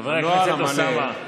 חבר הכנסת אוסאמה.